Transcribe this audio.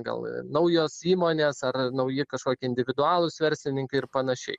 gal naujos įmonės ar nauji kažkokie individualūs verslininkai ir panašiai